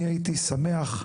אני הייתי שמח,